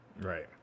right